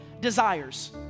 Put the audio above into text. desires